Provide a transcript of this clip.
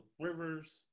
Rivers